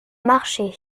marché